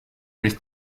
plus